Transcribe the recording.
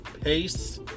Pace